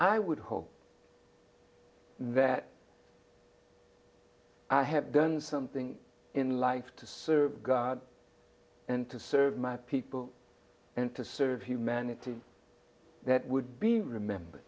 i would hope that i have done something in life to serve god and to serve my people and to serve humanity that would be remembered